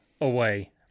away